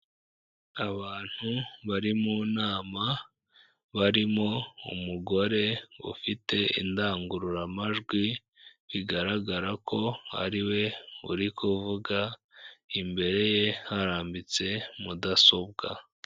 Abantu bari mu nama barimo umugore ufite indangururamajwi, bigaragara ko ari we uri kuvuga, imbere ye harambitse mudasobwa.